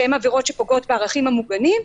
שהן עבירות שפוגעות בערכים המוגנים,